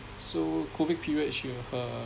so COVID period she her